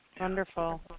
Wonderful